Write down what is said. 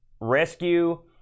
rescue